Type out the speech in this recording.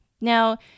now